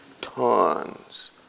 Tons